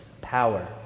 power